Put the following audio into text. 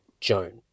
Joan